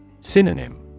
Synonym